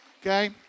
okay